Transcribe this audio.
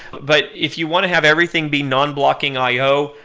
but if you want to have everything be non-blocking i o,